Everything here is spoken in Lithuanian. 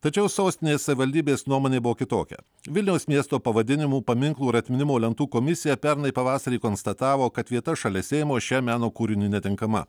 tačiau sostinės savivaldybės nuomonė buvo kitokia vilniaus miesto pavadinimų paminklų ir atminimo lentų komisija pernai pavasarį konstatavo kad vieta šalia seimo šiam meno kūriniui netinkama